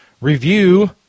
Review